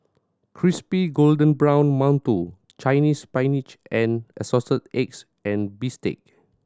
crispy golden brown mantou Chinese Spinach with Assorted Eggs and bistake